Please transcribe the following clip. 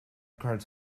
cards